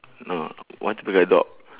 no want to be like dog